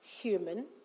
human